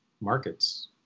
markets